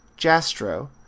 Jastro